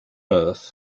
earth